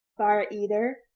fire eater,